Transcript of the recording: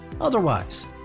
Otherwise